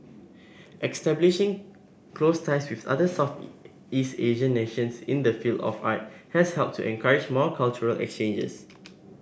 establishing close ties with other Southeast Asian nations in the field of art has helped to encourage more cultural exchanges